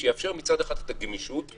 שיאפשר מצד אחד את הגמישות,